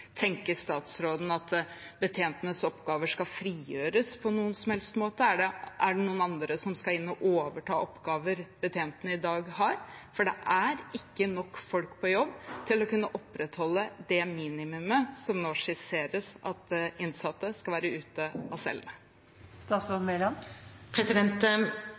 Tenker statsråden at betjentenes oppgaver skal frigjøres på noen som helst måte? Er det noen andre som skal inn og overta oppgaver betjentene i dag har? For det er ikke nok folk på jobb til å kunne opprettholde det minimumet som nå skisseres at innsatte skal være ute av cellene.